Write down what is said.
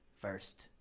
First